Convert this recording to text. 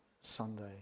Sunday